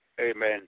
Amen